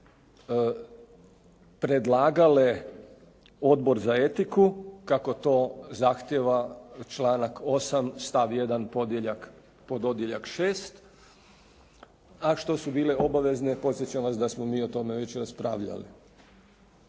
predlagale Odbor za etiku kako to zahtjeva članak 8., stav 1, pododjeljak 6, a što su bile obavezne. Podsjećam vas da smo mi o tome već raspravljali.